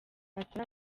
atari